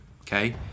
okay